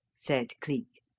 said cleek.